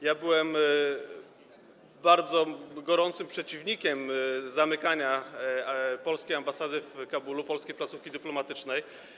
Ja byłem bardzo gorącym przeciwnikiem zamykania polskiej ambasady w Kabulu, polskiej placówki dyplomatycznej.